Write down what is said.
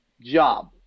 Job